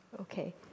Okay